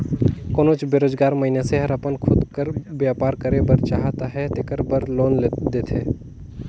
कोनोच बेरोजगार मइनसे हर अपन खुद कर बयपार करे बर चाहत अहे तेकर बर लोन देथे